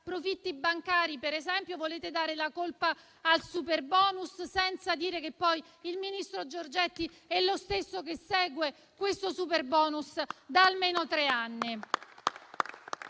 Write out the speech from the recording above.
profitti bancari. Ad esempio, volete dare la colpa al superbonus senza dire che il ministro Giorgetti è lo stesso che lo segue da almeno tre anni.